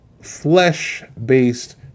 flesh-based